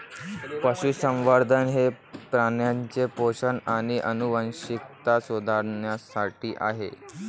पशुसंवर्धन हे प्राण्यांचे पोषण आणि आनुवंशिकता सुधारण्यासाठी आहे